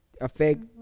affect